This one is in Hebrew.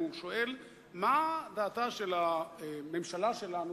הוא שואל מה דעתה של הממשלה שלנו,